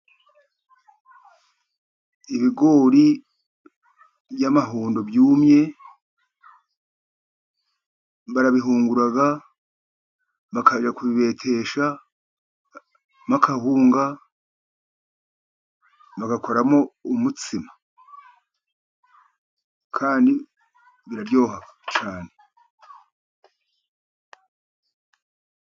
Ibigori by'amahundo byumye, barabihungura, bakajya kubibeteshamo kawunga, bagakoramo umutsima. Kandi biraryoha cyane.